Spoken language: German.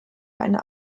einer